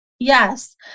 Yes